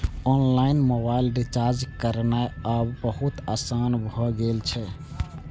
online mobile recharge करनाय आब बहुत आसान भए गेल छै